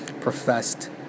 professed